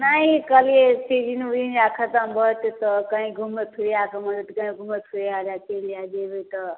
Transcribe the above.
नहि कहलिए सीजन वीजन जा खतम भऽ जेतै तऽ कहीँ घुमै फिरैके मोन हेतै तऽ कहीँ घुमै फिरैलए चलि जै जेबै तऽ